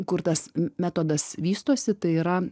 kur tas metodas vystosi tai yra